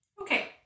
okay